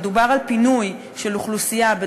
מדובר בפינוי של אוכלוסייה,